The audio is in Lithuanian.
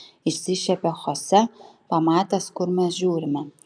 išsišiepė chose pamatęs kur mes žiūrime